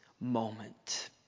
moment